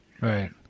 Right